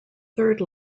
third